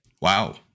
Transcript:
Wow